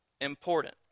important